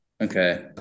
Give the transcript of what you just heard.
Okay